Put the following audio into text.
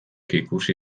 ikusi